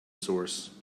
source